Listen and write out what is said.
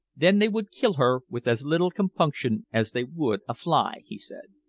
then they would kill her with as little compunction as they would a fly, he said.